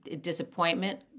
disappointment